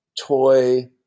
toy